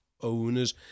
owners